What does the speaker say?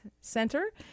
Center